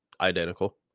identical